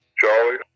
Charlie